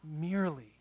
merely